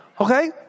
Okay